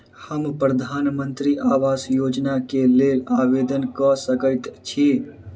हम प्रधानमंत्री आवास योजना केँ लेल आवेदन कऽ सकैत छी?